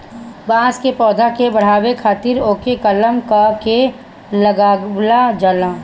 बांस के पौधा के बढ़ावे खातिर ओके कलम क के लगावल जाला